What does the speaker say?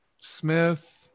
Smith –